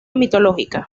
mitológica